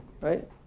Right